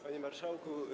Panie Marszałku!